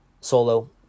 solo